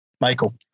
Michael